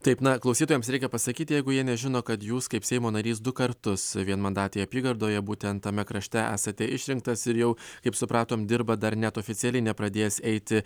taip na klausytojams reikia pasakyti jeigu jie nežino kad jūs kaip seimo narys du kartus vienmandatėje apygardoje būtent tame krašte esate išrinktas ir jau kaip supratom dirbat dar net oficialiai nepradės eiti